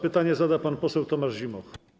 Pytanie zada pan poseł Tomasz Zimoch.